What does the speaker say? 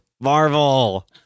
Marvel